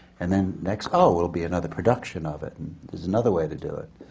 and then next, oh, there'll be another production of it, and there's another way to do it.